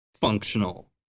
functional